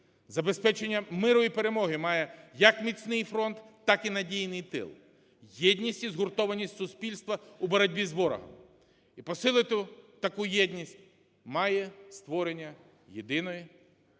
Забезпечення миру і перемоги має як міцний фронт, так і надійний тил, єдність і згуртованість суспільства у боротьбі з ворогом. І посилити таку єдність має створення єдиної помісної